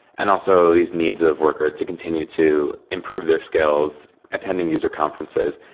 and also these needs of workers to continue to improve their skills, attending user conferences.